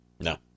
No